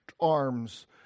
arms